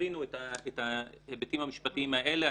יבינו את ההיבטים המשפטיים האלה.